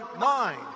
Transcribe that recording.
mind